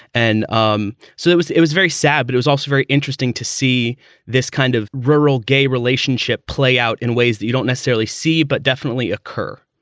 and um so it was it was very sad, but it was also very interesting to see this kind of rural gay relationship play out in ways that you don't necessarily see, but definitely occur